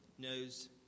Knows